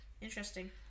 interesting